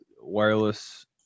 wireless